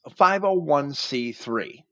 501c3